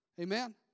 Amen